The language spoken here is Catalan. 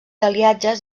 aliatges